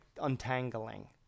untangling